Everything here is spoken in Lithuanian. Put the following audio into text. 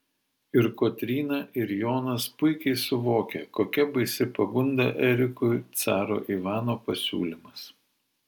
ir kotryna ir jonas puikiai suvokia kokia baisi pagunda erikui caro ivano pasiūlymas